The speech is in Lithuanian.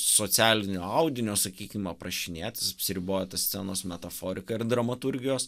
socialinio audinio sakykim aprašinėt apsiriboja ta scenos metaforika ir dramaturgijos